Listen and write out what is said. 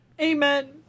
amen